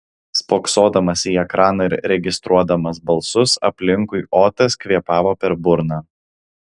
spoksodamas į ekraną ir registruodamas balsus aplinkui otas kvėpavo per burną